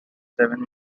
seven